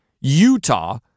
Utah